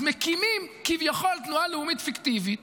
אז מקימים כביכול תנועה לאומית פיקטיבית